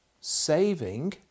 saving